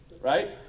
right